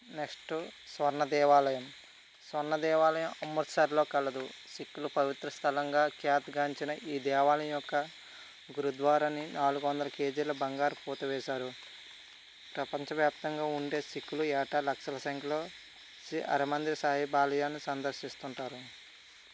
next స్వర్ణ దేవాలయం స్వర్ణ దేవాలయం అమృత్సర్లో కలదు సిక్కులు పవిత్ర స్థలంగా ఖ్యాతి గాంచినా ఈ దేవాలయం యొక్క గురుద్వారాన్నీ నాలుగువందల కేజీల బంగారు పూత వేశారు ప్రపంచ వ్యాప్తంగా ఉండే సిక్కులు ఏటా లక్షల సంఖ్యలో శ్రీ అరమందిర సాయి ఆలయాన్ని సందర్శిస్తు ఉంటారు